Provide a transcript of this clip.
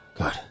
Good